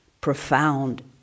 profound